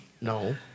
No